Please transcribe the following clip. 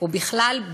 או בכלל,